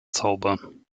zaubern